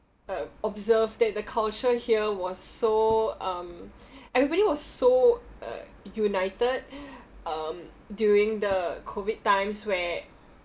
uh observe that the culture here was so um everybody was so uh united um during the COVID times where